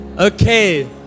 okay